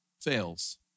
fails